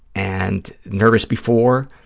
and nervous before,